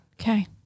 Okay